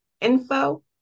info